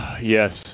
Yes